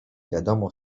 wiadomo